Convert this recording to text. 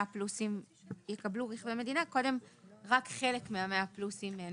פלוסים יקבלו רכבי מדינה כאשר קודם רק חלק מה-100 פלוסים - אני